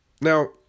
Now